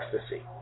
ecstasy